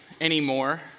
anymore